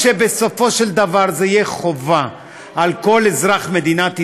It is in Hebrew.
שבסופו של דבר זה יהיה חובה על כל אזרח מדינת ישראל: